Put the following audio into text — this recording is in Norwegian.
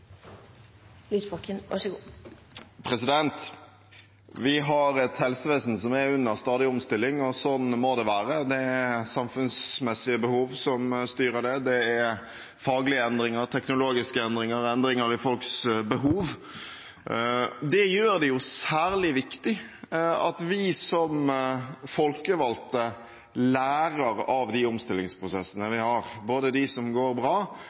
stadig omstilling, og sånn må det være. Det er samfunnsmessige behov som styrer det. Det er faglige endringer, teknologiske endringer, endringer i folks behov. Det gjør det særlig viktig at vi som folkevalgte lærer av de omstillingsprosessene vi har, både dem som går bra,